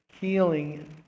healing